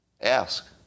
Ask